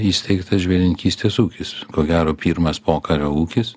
įsteigtas žvėrininkystės ūkis ko gero pirmas pokario ūkis